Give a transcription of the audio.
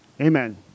Amen